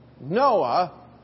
Noah